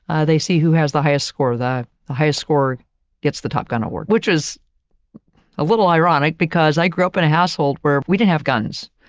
they see who has the highest score, the the highest score gets the top gun award, which is a little ironic because i grew up in a household where we didn't have guns.